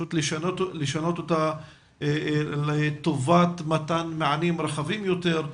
לשנות אותה לטובת מתן מענים רחבים יותר,